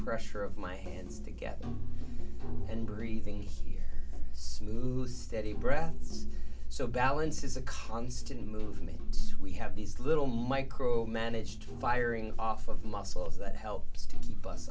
pressure of my hands to get and breathing here smooth steady breaths so balance is a constant movement we have these little micromanaged firing off of muscles that helps to keep us